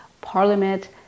parliament